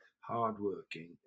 hardworking